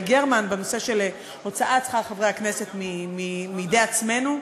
גרמן בנושא של הוצאת שכר חברי הכנסת מידי עצמנו,